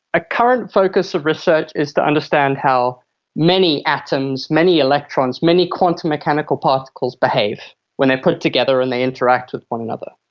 a current focus of research is to understand how many atoms, many electrons, many quantum mechanical particles behave when they are put together and they interact with one another.